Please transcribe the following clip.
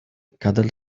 cuddled